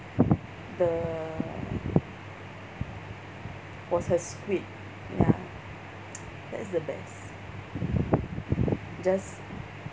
the was her squid ya that's the best just